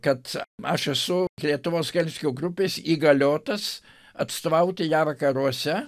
kad aš esu lietuvos helsinkio grupės įgaliotas atstovauti ją vakaruose